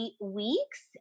weeks